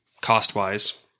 cost-wise